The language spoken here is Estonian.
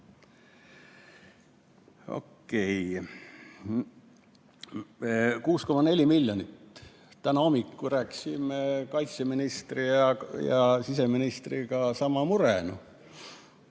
Okei. 6,4 miljonit. Täna hommikul rääkisime kaitseministri ja siseministriga – sama mure.